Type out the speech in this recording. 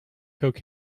meth